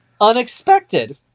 unexpected